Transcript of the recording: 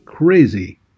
Crazy